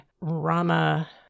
Rama